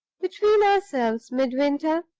between ourselves, midwinter,